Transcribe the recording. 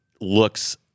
looks